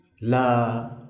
la